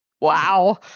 wow